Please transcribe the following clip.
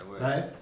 Right